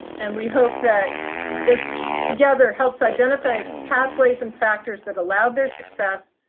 and we hope that this together helps identify pathways and factors that allowed their success,